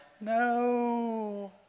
No